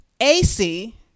AC